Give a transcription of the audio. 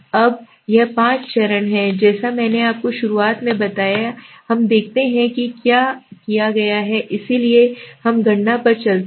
अब यह पाँच चरण हैं जो मैंने आपको शुरुआत में बताए थे अब देखते हैं कि क्या किया गया है किया चलिए हम गणना पर चलते हैं